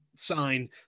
sign